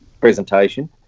presentation